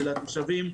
של התושבים,